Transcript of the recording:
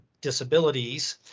disabilities